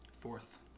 fourth